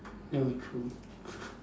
ya true